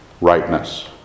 rightness